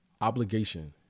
obligation